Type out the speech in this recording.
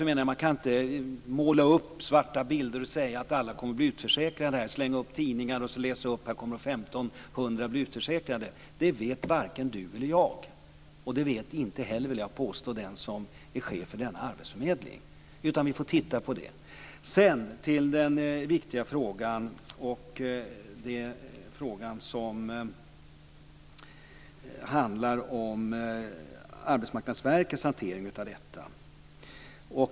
Man kan inte måla upp svarta bilder och säga att alla kommer att bli utförsäkrade eller slänga upp tidningar och läsa högt att 1 500 kommer att bli utförsäkrade. Det vet varken Maria Larsson eller jag. Det vet inte heller den som är chef för den aktuella arbetsförmedlingen. Vi får titta på det. Sedan till den viktiga frågan om Arbetsmarknadsverkets hantering.